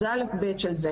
אז זה א'-ב' של זה.